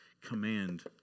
command